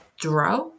draw